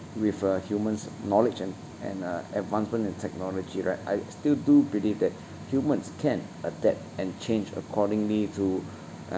with uh human's knowledge and and uh advancement in technology right I still do believe that humans can adapt and change accordingly to